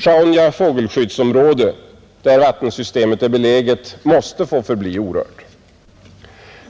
Sjaunja fågelskyddsområde, där vattensystemet är beläget, måste få förbli orört,